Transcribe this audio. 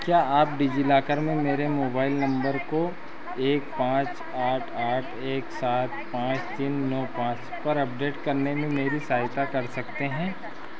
क्या आप डिजिलॉकर में मेरे मोबाइल नम्बर को एक पाँच आठ आठ एक सात पाँच तीन नौ पाँच पर अपडेट करने में मेरी सहायता कर सकते हैं